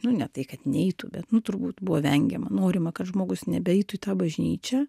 nu ne tai kad neitų bet nu turbūt buvo vengiama norima kad žmogus nebeitų į tą bažnyčią